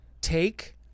take